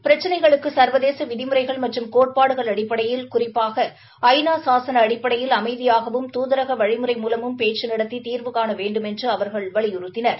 பிரச்சினைகளுக்கு சா்வதேச விதிமுறைகள் மற்றும் கோட்பாடுகள் அடிப்படையில் குறிப்பாக ஐ சாசன அடிப்படையில் அமைதியாகவும் தூதரக வழிமுறை மூவமும் பேச்சு நடத்தி தீர்வுகாண வேண்டுமென்று அவர்கள் வலிபுறுத்தினர்